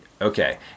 Okay